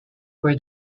were